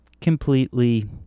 completely